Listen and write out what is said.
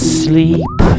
sleep